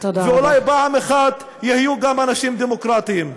ואולי פעם אחת יהיו גם אנשים דמוקרטיים.